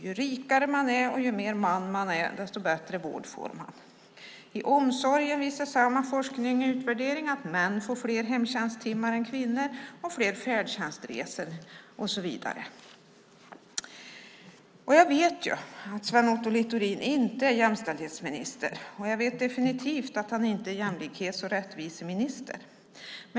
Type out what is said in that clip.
Ju mer man och ju rikare man är, desto bättre vård får man. I omsorgen visar samma forskning och utvärdering att män får fler hemtjänsttimmar än kvinnor, fler färdtjänstresor och så vidare. Jag vet att Sven Otto Littorin inte är jämställdhetsminister, och jag vet definitivt att han inte är jämlikhets och rättviseminister.